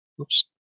oops